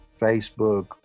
Facebook